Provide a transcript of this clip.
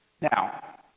Now